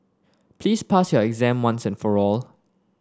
please pass your exam once and for all